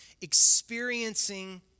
experiencing